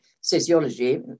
sociology